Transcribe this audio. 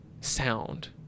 sound